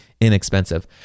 inexpensive